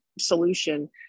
solution